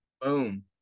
Boom